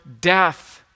death